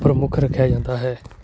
ਪ੍ਰਮੁੱਖ ਰੱਖਿਆ ਜਾਂਦਾ ਹੈ